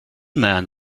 man